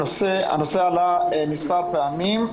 הנושא עלה מספר פעמים.